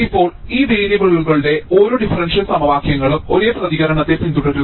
ഇപ്പോൾ ഈ വേരിയബിളുകളുടെ ഓരോ ഡിഫറൻഷ്യൽ സമവാക്യങ്ങളും ഒരേ പ്രതികരണത്തെ പിന്തുടരുന്നു